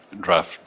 draft